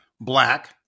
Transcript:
black